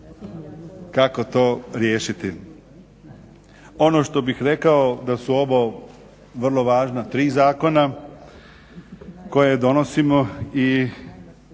kako to riješiti. Ono što bih rekao da su ovo vrlo važna tri zakona koje donosimo i